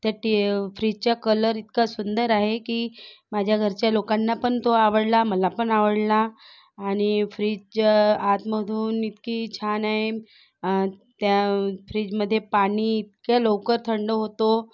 त्या टी फ्रीजचा कलर इतका सुंदर आहे की माझ्या घरच्या लोकांना पण तो आवडला मला पण आवडला आणि फ्रीज आतमधून इतकी छान आहे त्या फ्रीजमधे पाणी इतक्या लवकर थंड होतो